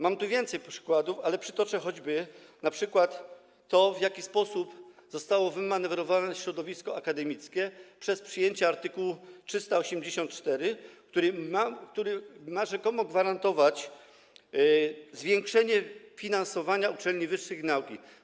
Mam tu więcej przykładów, ale przytoczę choćby przykład tego, w jaki sposób zostało wymanewrowane środowisko akademickie przez przyjęcie art. 384, który ma rzekomo gwarantować zwiększenie finansowania uczelni wyższych i nauki.